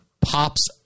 pops